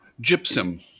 Gypsum